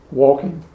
walking